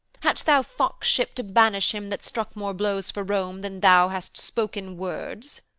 hadst thou foxship to banish him that struck more blows for rome than thou hast spoken words